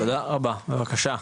תודה רבה, בבקשה.